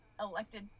elected